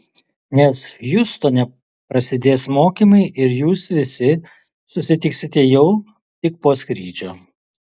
nes hjustone prasidės mokymai ir jūs visi susitiksite jau tik po skrydžio